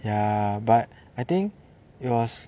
ya but I think it was